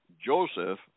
Joseph